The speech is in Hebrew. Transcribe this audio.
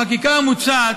החקיקה המוצעת,